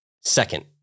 second